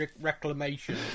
Reclamation